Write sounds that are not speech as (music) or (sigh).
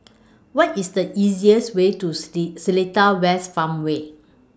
What IS The easiest Way to (unintelligible) Seletar West Farmway